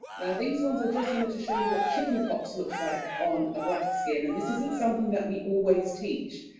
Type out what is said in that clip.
now these ones, i just wanted to show you what chickenpox looks like on a black skin. and this isn't something that we always teach,